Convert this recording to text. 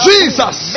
Jesus